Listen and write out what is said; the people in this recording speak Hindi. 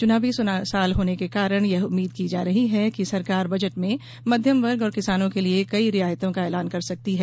चुनावी साल होने के कारण यह उम्मीद की जा रही है कि सरकार बजट में मध्यम वर्ग और किसानों के लिये कई रियायतों का ऐलान कर सकती है